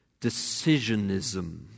decisionism